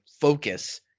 focus